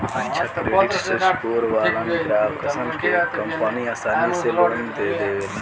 अच्छा credit score वालन ग्राहकसन के कंपनि आसानी से लोन दे देवेले